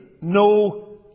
no